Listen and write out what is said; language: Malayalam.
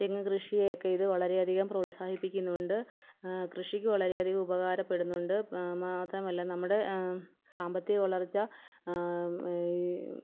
തെങ്ങ് കൃഷിയൊക്കെ ഇത് വളരെയധികം പ്രോത്സാഹിപ്പിക്കുന്നുണ്ട് കൃഷിക്ക് വളരെയധികം ഉപകാരപ്പെടുന്നുണ്ട് മാത്രമല്ല നമ്മുടെ സാമ്പത്തിക വളർച്ച